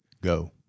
go